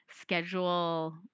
schedule